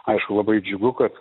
aišku labai džiugu kad